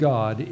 God